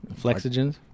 Flexogens